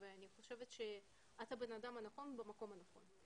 ואני חושבת שאת הבן אדם הנכון במקום הנכון.